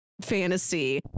fantasy